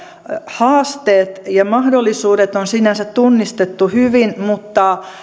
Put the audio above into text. haasteet ja mahdollisuudet on sinänsä tunnistettu hyvin mutta